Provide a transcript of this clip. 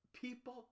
people